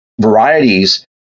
varieties